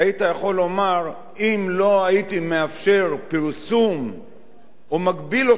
אם לא הייתי מאפשר פרסום או מגביל אותו בצורה המרבית,